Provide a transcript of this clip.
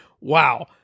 wow